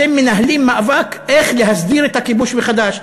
אתם מנהלים מאבק איך להסדיר את הכיבוש מחדש.